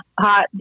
hot